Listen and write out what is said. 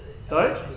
Sorry